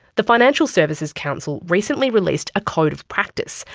the financial services council recently released a code of practice,